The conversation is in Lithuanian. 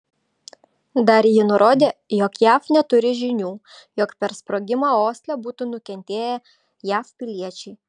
dar ji nurodė jog jav neturi žinių jog per sprogimą osle būtų nukentėję jav piliečiai